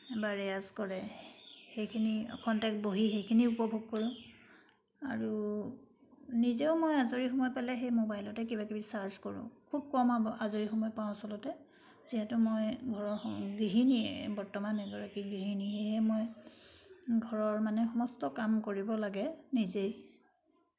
বা ৰেৱাজ কৰে সেইখিনি ক্ষন্তেক বহি সেইখিনিও উপভোগ কৰোঁ আৰু নিজেও মই আজৰি সময় পালে সেই মোবাইলতে কিবা কিবি চাৰ্ছ কৰোঁ খুব কম আজৰি সময় পাওঁ আচলতে যিহেতু মই ঘৰৰ গৃহিণীয়ে বৰ্তমান এগৰাকী গৃহিণীহে মই ঘৰৰ মানে সমস্ত কাম কৰিব লাগে নিজেই